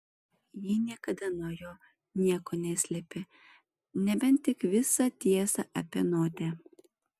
ji niekada nuo jo nieko neslėpė nebent tik visą tiesą apie notę